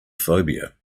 phobia